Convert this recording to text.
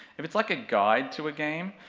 if it's like a guide to a game,